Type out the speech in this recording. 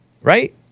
Right